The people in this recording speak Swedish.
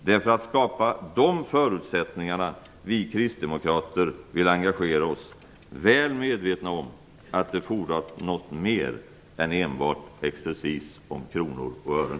Det är för att skapa de förutsättningarna vi kristdemokrater vill engagera oss, väl medvetna om att det fordras något mer än enbart exercis om kronor och ören.